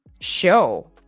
show